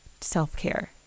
self-care